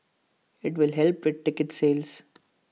IT will help with ticket sales